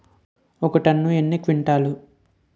ఒక టన్ను ఎన్ని క్వింటాల్లు?